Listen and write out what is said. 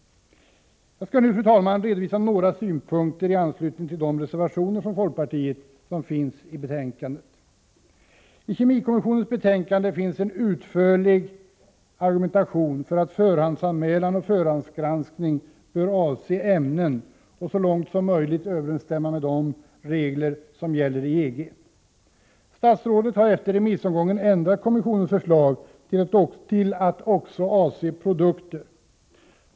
Jag skall nu, fru talman, redovisa några synpunkter i anslutning till de reservationer från folkpartiet som finns fogade till betänkandet. I kemikommissionens betänkande finns en utförlig argumentation för att förhandsanmälan och förhandsgranskning bör avse ämnen och så långt som möjligt överensstämma med de regler som gäller inom EG. Statsrådet har efter remissomgången ändrat kommissionens förslag till att också avse produkter.